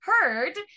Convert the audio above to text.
heard